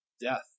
death